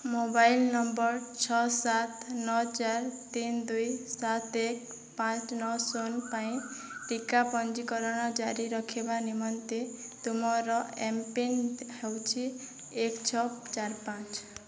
mobile number ଛଅ ସାତ ନଅ ଚାରି ତିନି ଦୁଇ ସାତ ଏକ ପାଞ୍ଚ ନଅ ଶୂନ ପାଇଁ ଟିକା ପଞ୍ଜୀକରଣ ଜାରି ରଖିବା ନିମନ୍ତେ ତୁମର ଏମ୍ ପିନ୍ ହେଉଛି ଏକ ଛଅ ଚାରି ପାଞ୍ଚ